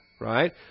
Right